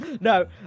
No